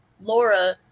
laura